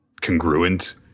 congruent